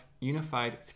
unified